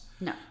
No